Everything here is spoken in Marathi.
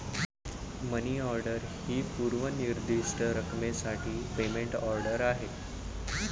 मनी ऑर्डर ही पूर्व निर्दिष्ट रकमेसाठी पेमेंट ऑर्डर आहे